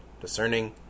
discerning